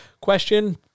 Question